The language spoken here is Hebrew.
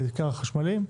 בעיקר החשמליים,